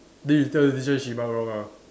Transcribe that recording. then you tell the teacher she mark wrong ah